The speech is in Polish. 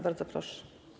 Bardzo proszę.